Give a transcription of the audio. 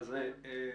אני אסכם.